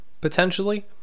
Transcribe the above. potentially